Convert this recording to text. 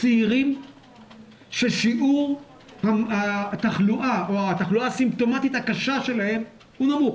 צעירים ששיעור התחלואה או התחלואה הסימפטומטית הקשה שלהם הוא נמוך.